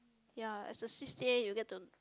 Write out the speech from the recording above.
ya as a C_C_A you get to